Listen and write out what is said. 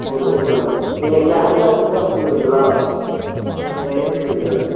okay madam நீங்கள் catalogue மட்டும் அமிச்சிவுட்றீங்களா ஏன் ஈமெயிலுக்கு